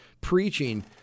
preaching